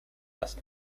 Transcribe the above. las